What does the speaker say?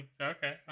Okay